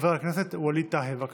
חבר הכנסת ווליד טאהא, בבקשה.